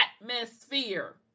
atmosphere